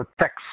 text